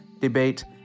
debate